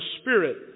Spirit